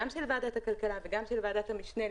גם של ועדת הכלכלה וגם של ועדת המשנה,